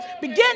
Begin